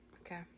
Okay